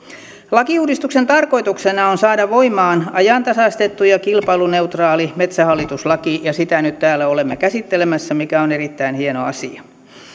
lakiuudistuksen tarkoituksena on saada voimaan ajantasaistettu ja kilpailuneutraali metsähallitus laki ja sitä nyt täällä olemme käsittelemässä mikä on erittäin hieno asia